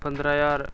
पंदरां ज्हार